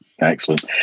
Excellent